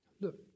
Look